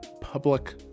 Public